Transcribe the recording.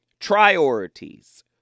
Priorities